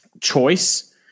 choice